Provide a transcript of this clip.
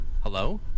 Hello